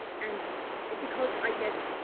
and because i guess.